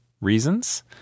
reasons